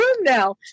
now